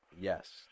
Yes